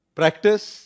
practice